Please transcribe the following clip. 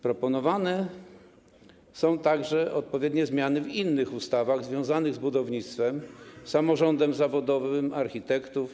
Proponowane są także odpowiednie zmiany w innych ustawach związanych z budownictwem, samorządem zawodowym architektów,